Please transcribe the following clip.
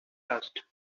asked